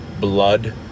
Blood